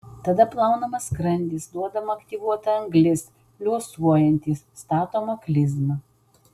tada plaunamas skrandis duodama aktyvuota anglis liuosuojantys statoma klizma